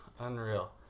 unreal